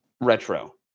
retro